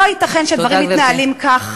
לא ייתכן שהדברים מתנהלים כך.